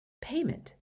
Payment